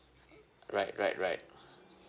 right right right